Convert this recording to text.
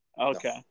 okay